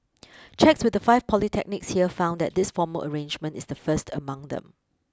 checks with the five polytechnics here found that this formal arrangement is the first among them